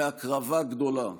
להקרבה גדולה.